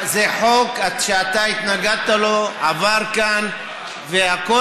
זה חוק שאתה התנגדת לו, עבר כאן והכול